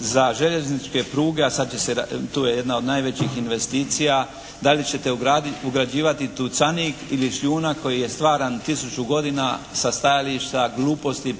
za željezničke pruge, a sad će se, tu je jedna od najvećih investicija, da li ćete ugrađivati …/Govornik se ne razumije./… ili šljunak koji je stvaran tisuću godina sa stajališta gluposti